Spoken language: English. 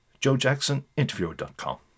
joejacksoninterviewer.com